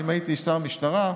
אם הייתי שר המשטרה,